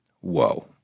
whoa